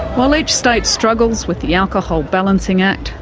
while each state struggles with the alcohol balancing act,